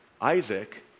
Isaac